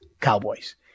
cowboys